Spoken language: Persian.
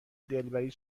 دلبری